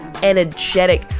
energetic